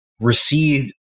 recede